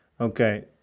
Okay